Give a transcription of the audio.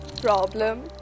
problem